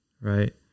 right